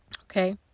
Okay